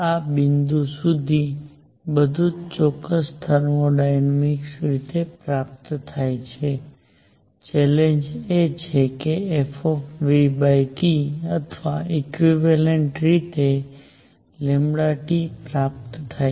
આ બિંદુ સુધી બધું જ ચોક્કસ થર્મોડાયનેમિક રીતે પ્રાપ્ત થાય છે ચેલેંજ એ છે કે fT અથવા ઈક્વેવેલેન્ટ રીતે T પ્રાપ્ત થાય